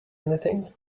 anything